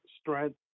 strength